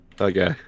Okay